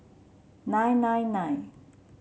nine nine nine